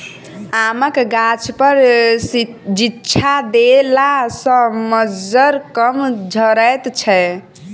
आमक गाछपर छिच्चा देला सॅ मज्जर कम झरैत छै